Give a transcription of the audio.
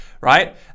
right